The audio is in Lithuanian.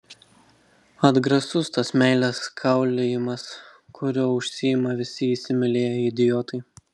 atgrasus tas meilės kaulijimas kuriuo užsiima visi įsimylėję idiotai